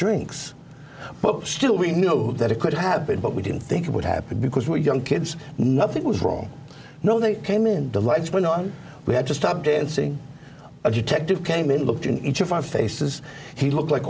drinks but still we know that it could have been but we didn't think it would happen because we're young kids nothing was wrong no they came in the lights went on we had to stop dancing a detective came in looked in each of our faces he looked like